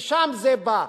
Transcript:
משם זה בא.